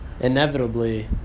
inevitably